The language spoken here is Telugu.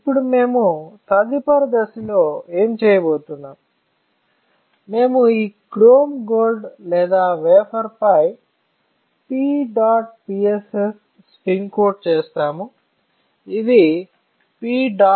ఇప్పుడు మేము తదుపరి దశలో ఏమి చేయబోతున్నాం మేము ఈ క్రోమ్ గోల్డ్ లేదా వేఫర్ పై PEDOTPSS స్పిన్ కోట్ చేస్తాము ఇది PEDOTPSS